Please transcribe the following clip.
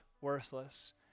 worthless